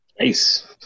Nice